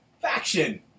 Faction